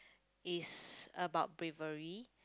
is about bravery